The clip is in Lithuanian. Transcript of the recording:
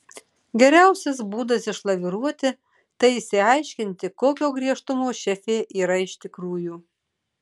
geriausias būdas išlaviruoti tai išsiaiškinti kokio griežtumo šefė yra iš tikrųjų